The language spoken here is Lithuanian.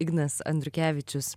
ignas andriukevičius